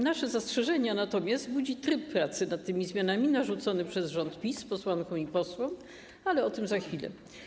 Nasze zastrzeżenia natomiast budzi tryb pracy nad tymi zmianami narzucony przez rząd PiS posłankom i posłom, ale o tym za chwilę.